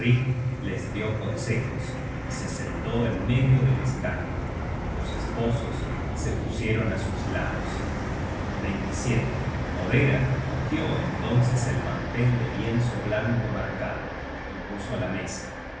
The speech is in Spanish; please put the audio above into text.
les dió consejos y se sentó en medio del escaño los esposos se pusieron á sus lados modera cogió entonces el mantel de lienzo blanco marcado y puso la mesa